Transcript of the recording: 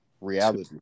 reality